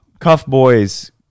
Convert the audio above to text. cuffboys